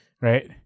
right